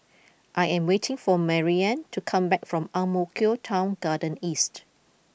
I am waiting for Maryanne to come back from Ang Mo Kio Town Garden East